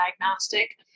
diagnostic